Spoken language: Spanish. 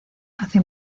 hace